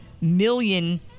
million